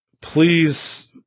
please